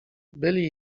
byli